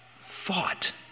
thought